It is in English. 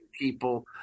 people